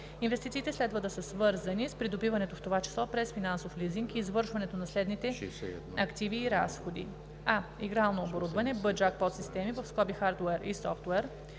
Инвестициите следва да са свързани с придобиването, в това число чрез финансов лизинг и извършването на следните активи и разходи: а) игрално оборудване; б) джакпот системи (хардуер и софтуер);